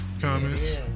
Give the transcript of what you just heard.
comments